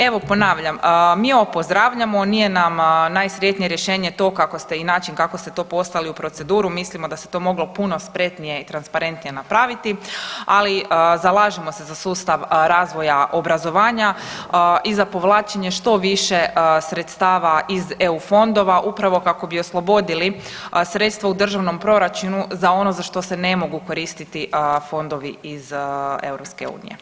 Evo ponavljam, mi ovo pozdravljamo, nije nam najsretnije rješenje to kako ste i način kako ste to poslali u proceduru, mislimo da se to moglo puno spretnije i transparentnije napraviti, ali zalažemo se za sustav razvoja obrazovanja i za povlačenje što više sredstava eu fondova upravo kako bi oslobodili sredstva u državnom proračunu za ono za što se ne mogu koristiti fondovi iz EU.